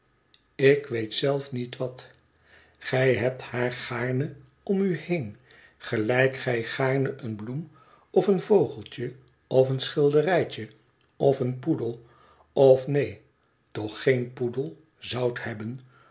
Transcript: ik weet zelf niet wat gij hebt haar gaarne om u heen gelijk gij gaarne eene bloem of een vogeltje of een schilderijtje of een poedel of neen toch geen poedel zoudt hebben